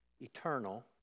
eternal